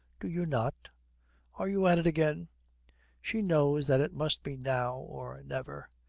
do you not are you at it again she knows that it must be now or never.